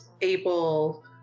able